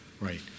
Right